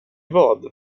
vad